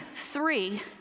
three